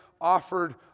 offered